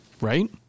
Right